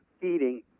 feeding